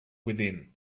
within